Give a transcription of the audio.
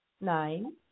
Nine